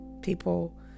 People